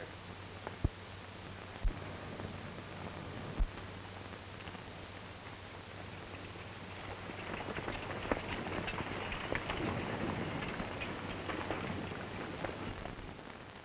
them